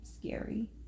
scary